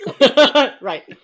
Right